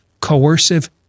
coercive